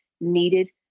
needed